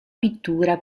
pittura